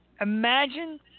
Imagine